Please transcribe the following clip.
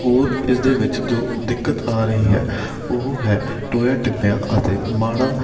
ਹੋਰ ਇਸ ਦੇ ਵਿੱਚ ਜੋ ਦਿੱਕਤ ਆ ਰਹੀ ਹੈ ਉਹ ਹੈ ਟੋਇਆਂ ਟਿੱਬਿਆਂ ਅਤੇ ਮਾੜਾ